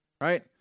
Right